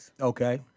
Okay